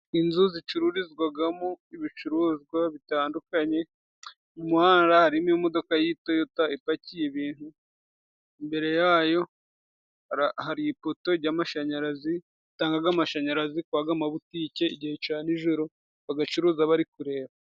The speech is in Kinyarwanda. Inzu zicururizwagamo ibicuruzwa bitandukanye. Mu muhanda harimo imodoka y' itoyota ipakiye ibintu, imbere yayo hari ipoto ry'amashanyarazi ritangaga amashanyarazi kw'aga mabutike igihe ca nijoro, bagacuruza bari kureba.